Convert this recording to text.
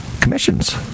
Commissions